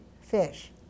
fish